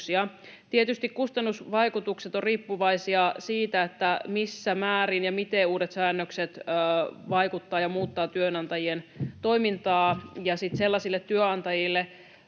Tietysti kustannusvaikutukset ovat riippuvaisia siitä, missä määrin ja miten uudet säännökset vaikuttavat ja muuttavat työnantajien toimintaa, ja sitten sellaisille työnantajille,